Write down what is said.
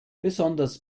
besonders